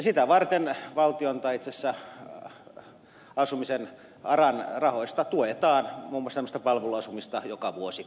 sitä varten valtion tai itse asiassa aran rahoista tuetaan muun muassa tämmöistä palveluasumista joka vuosi